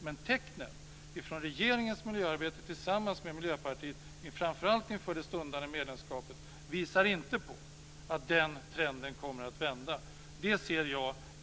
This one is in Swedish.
Men tecknen från regeringens miljöarbete tillsammans med Miljöpartiet, framför allt inför det stundande ordförandeskapet, visar inte på att den trenden kommer att vända. Det ser jag.